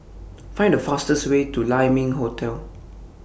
Find The fastest Way to Lai Ming Hotel